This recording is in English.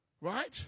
Right